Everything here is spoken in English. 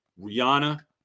rihanna